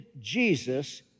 Jesus